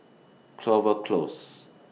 Clover Close